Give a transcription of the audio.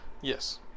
Yes